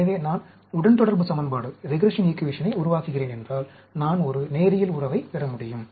எனவே நான் உடன்தொடர்பு சமன்பாட்டை உருவாக்குகிறேன் என்றால் நான் ஒரு நேரியல் உறவைப் பெற முடியும்